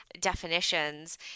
definitions